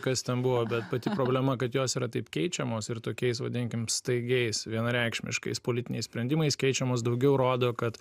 kas ten buvo bet pati problema kad jos yra taip keičiamos ir tokiais vadinkim staigiais vienareikšmiškais politiniais sprendimais keičiamos daugiau rodo kad